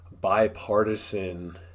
bipartisan